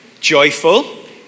joyful